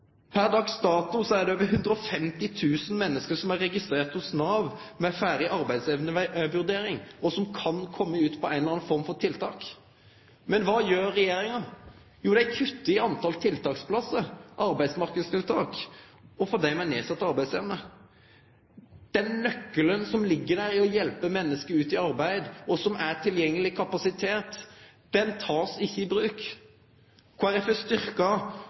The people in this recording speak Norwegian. Per dags dato er det over 150 000 menneske som er registrerte hos Nav med ferdig arbeidsevnevurdering, og som kan kome ut på ei eller anna form for tiltak. Men kva gjer regjeringa? Jo, dei kuttar i talet på tiltaksplassar, i arbeidsmarknadstiltak og for dei med nedsett arbeidsevne. Den nøkkelen som ligg i å hjelpe menneske ut i arbeid, og som er tilgjengeleg kapasitet, blir ikkje teken i bruk.